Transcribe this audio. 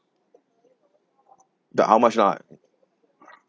the how much lah